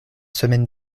semaine